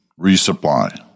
resupply